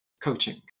Coaching